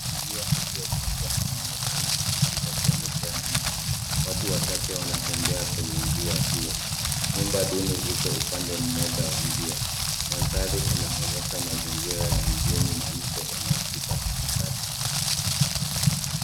Njia iliyochongwa inaonekana ikishuka kuelekea mto. Watu wachache wanatembea kwenye njia hio. Nyumba duni ziko upande mmoja wa njia. Mandhari inaonyesha mazingira ya mjini na mto unaopita katikati.